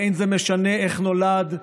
ולא משנה איך נולד,